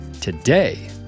Today